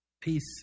peace